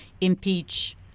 impeach